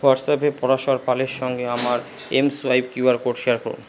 হোয়াটসঅ্যাপে পরাশর পালের সঙ্গে আমার এমসোয়াইপ কিউআর কোড শেয়ার করুন